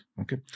okay